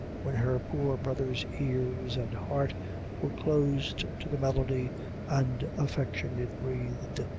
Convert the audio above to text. when her poor brother's ears and heart were closed to the melody and affection it breathed,